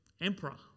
Emperor